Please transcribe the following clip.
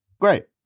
Great